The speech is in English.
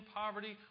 poverty